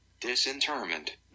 disinterment